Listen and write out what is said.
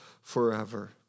forever